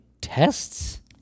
tests